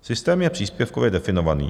Systém je příspěvkově definovaný.